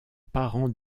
parents